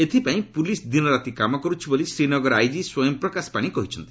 ଏଥିପାଇଁ ପୁଲିସ୍ ଦିନରାତି କାମ କରୁଛି ବୋଲି ଶ୍ରୀନଗର ଆଇକି ସ୍ୱୟଂପ୍ରକାଶ ପାଣି କହିଛନ୍ତି